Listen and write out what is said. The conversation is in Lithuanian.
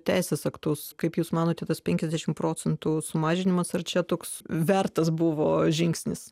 teisės aktus kaip jūs manote tas penkiasdešimt procentų sumažinimas ar čia toks vertas buvo žingsnis